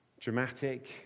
dramatic